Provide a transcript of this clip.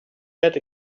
yet